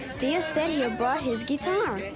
diaz senior brought his guitar.